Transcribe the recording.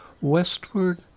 Westward